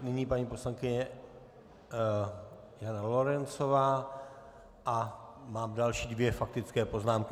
Nyní paní poslankyně Jana Lorencová a mám další dvě faktické poznámky.